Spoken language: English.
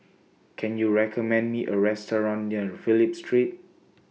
Can YOU recommend Me A Restaurant near Phillip Street